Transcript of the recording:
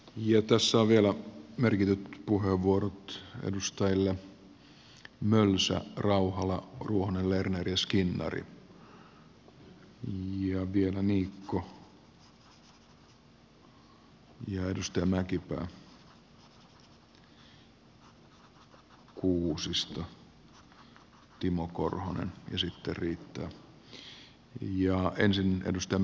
tässä on vielä merkityt puheenvuorot edustajille mölsä rauhala ruohonen lerner ja skinnari ja vielä niikko ja edustaja mäkipää kuusisto timo korhonen ja sitten riittää